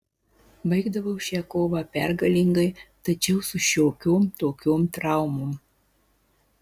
baigdavau šią kovą pergalingai tačiau su šiokiom tokiom traumom